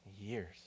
years